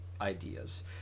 ideas